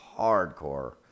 hardcore